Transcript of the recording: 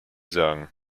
sagen